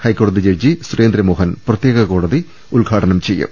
ഹൈക്കോടതി ജഡ്ജി സുരേന്ദ്രമോഹൻ പ്രത്യേക കോടതി ഉദ്ഘാടനം ചെയ്യും